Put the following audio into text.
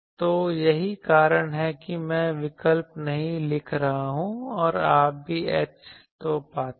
तो यही कारण है कि मैं विकल्प नहीं लिख रहा हूं और आप भी H तो पाते हैं